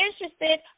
interested